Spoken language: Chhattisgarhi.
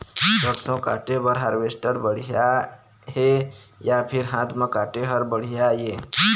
सरसों काटे बर हारवेस्टर बढ़िया हे या फिर हाथ म काटे हर बढ़िया ये?